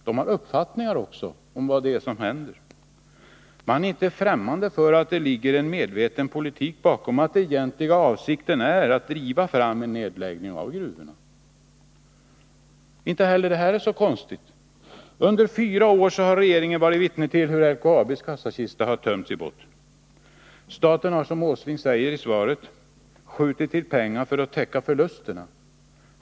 De har uppfattningar också om vad det är som händer. Man är inte främmande för att det förs en medveten politik, att den egentliga avsikten är att driva fram en nedläggning av gruvorna. Inte heller det är så konstigt. Under fyra år har regeringen varit vittne till hur LKAB:s kassakista har tömts i botten. Staten har, som herr Åsling säger i svaret, skjutit till pengar för att täcka förlusterna.